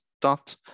dot